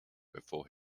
before